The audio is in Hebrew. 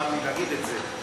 צר לי להגיד את זה,